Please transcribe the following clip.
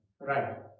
Right